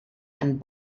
and